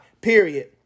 period